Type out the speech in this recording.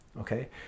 okay